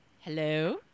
Hello